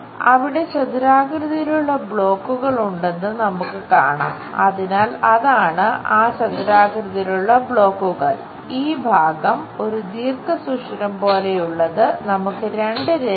അവിടെ ചതുരാകൃതിയിലുള്ള ബ്ലോക്കുകൾ